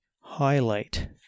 highlight